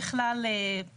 ככלל, לא.